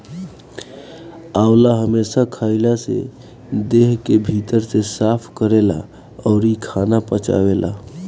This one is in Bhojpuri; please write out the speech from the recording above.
आंवला हमेशा खइला से देह के भीतर से साफ़ करेला अउरी खाना पचावेला